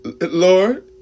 Lord